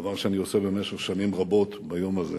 דבר שאני עושה במשך שנים רבות ביום הזה,